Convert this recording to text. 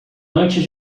antes